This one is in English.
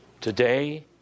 Today